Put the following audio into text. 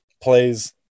plays